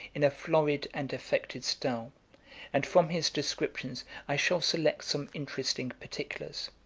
in a florid and affected style and from his descriptions i shall select some interesting particulars.